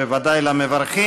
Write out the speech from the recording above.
ובוודאי למברכים.